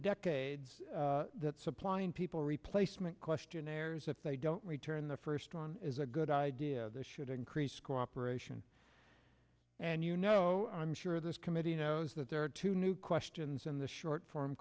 decades that supplying people replacement questionnaires if they don't return the first one is a good idea that should increase cooperation and you know i'm sure this committee knows that there are two new questions in the short for